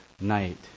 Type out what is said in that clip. night